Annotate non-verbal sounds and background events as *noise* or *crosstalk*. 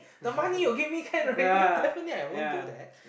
the money you give me can already *laughs* definitely I won't do that